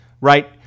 Right